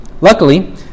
Luckily